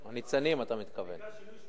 הניצנים, אתה מתכוון.